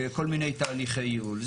כל מיני תהליכי ייעול.